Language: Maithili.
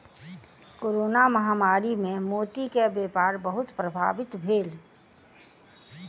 कोरोना महामारी मे मोती के व्यापार बहुत प्रभावित भेल